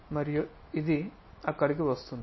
మరియు ఇ ది అక్కడకు వస్తుంది